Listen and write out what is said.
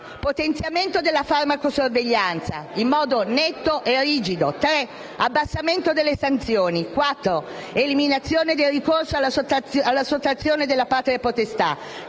potenziamento della farmacosorveglianza, in modo netto e rigido. Tre: abbassamento delle sanzioni. Quattro: eliminazione del ricorso alla sottrazione della patria potestà.